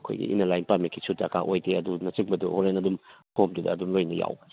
ꯑꯩꯈꯣꯏꯒꯤ inner line ꯄꯥꯔꯃꯤꯠꯀꯤꯁꯨ ꯗꯔꯀꯥꯔ ꯑꯣꯏꯗꯦ ꯑꯗꯨꯅ ꯆꯤꯡꯕꯗꯨ ꯍꯣꯔꯦꯟ ꯑꯗꯨꯝ ꯐꯣꯔꯝꯗꯨꯗ ꯑꯗꯨꯝ ꯂꯣꯏꯅ ꯌꯥꯎꯕꯅꯦ